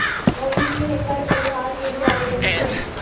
मोहिनी ने कर परिहार के लिए आवेदन किया